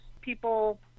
people